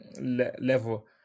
level